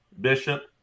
bishop